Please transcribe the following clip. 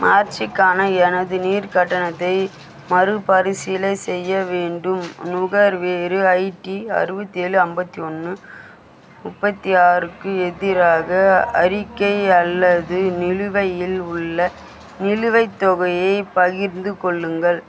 மார்ச்சுக்கான எனது நீர் கட்டணத்தை மறுபரிசீலைனை செய்ய வேண்டும் நுகர்வோரு ஐடி அறுவத்தேழு ஐம்பத்தி ஒன்று முப்பத்தி ஆறுக்கு எதிராக அறிக்கை அல்லது நிலுவையில் உள்ள நிலுவைத் தொகையைப் பகிர்ந்து கொள்ளுங்கள்